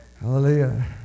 Hallelujah